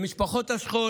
למשפחות השכול